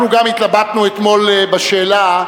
אנחנו גם התלבטנו אתמול בשאלה,